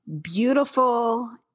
Beautiful